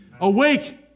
awake